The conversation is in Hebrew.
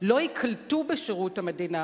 לא ייקלטו בשירות המדינה